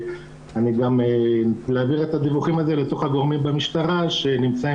להעביר את הדיווחים לגורמים במשטרה שנמצאים